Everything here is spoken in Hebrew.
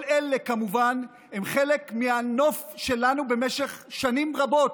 כל אלה כמובן הם חלק מהנוף שלנו במשך שנים רבות,